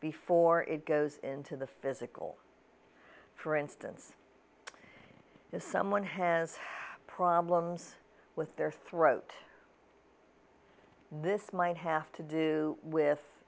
before it goes into the physical for instance if someone has problems with their throat this might have to do with